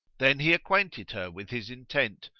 then he acquainted her, with his intent,